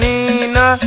Nina